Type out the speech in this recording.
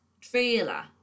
trailer